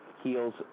heels